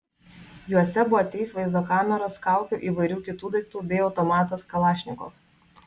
juose buvo trys vaizdo kameros kaukių įvairių kitų daiktų bei automatas kalašnikov